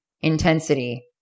intensity